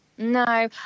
No